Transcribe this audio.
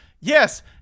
yes